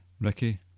Ricky